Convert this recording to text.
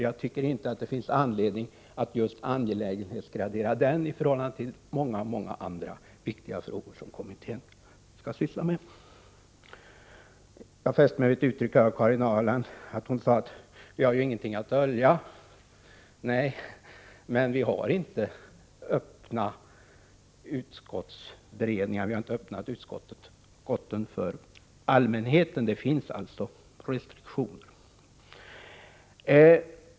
Jag tycker inte att det finns anledning att just angelägenhetsgradera den frågan i förhållande till många många andra viktiga frågor som kommittén skall syssla med. Jag fäste mig vid ett uttryck i Karin Ahrlands anförande. Hon sade nämligen: Vi har ju ingenting att dölja. Nej, men vi har heller inte offentliga utskottsberedningar. Utskotten har ju inte öppnats för allmänheten. Det finns alltså restriktioner.